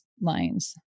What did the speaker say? lines